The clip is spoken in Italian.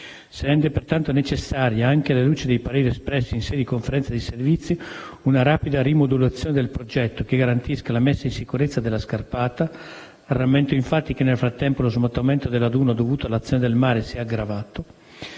Si rende pertanto necessaria, anche alla luce dei pareri espressi in sede di Conferenza di servizi, una rapida rimodulazione del progetto che garantisca la messa in sicurezza della scarpata, rammento infatti che nel frattempo lo smottamento della duna dovuto all'azione del mare si è aggravato,